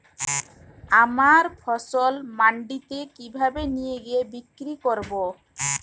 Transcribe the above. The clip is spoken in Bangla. আমার ফসল মান্ডিতে কিভাবে নিয়ে গিয়ে বিক্রি করব?